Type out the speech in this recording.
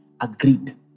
agreed